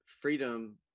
freedom